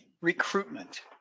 recruitment